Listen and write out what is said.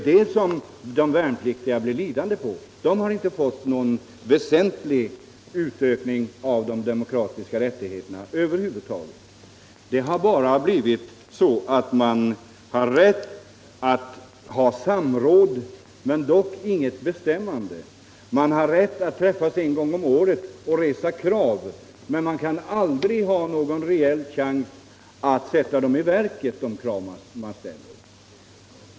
Det blir de värnpliktiga lidande på — de har inte fått någon utökning av demokratiska rättigheter över huvud taget. Det enda de värnpliktiga har fått är rätt till samråd, men inte till något bestämmande. De har rätt att träffas en gång om året för att resa krav, men de kan aldrig ha någon reell chans att förverkliga de krav som de ställer.